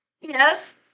Yes